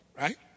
right